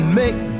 make